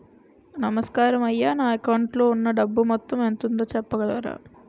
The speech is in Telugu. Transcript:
నమస్కారం అయ్యా నా అకౌంట్ లో ఉన్నా డబ్బు మొత్తం ఎంత ఉందో చెప్పగలరా?